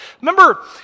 Remember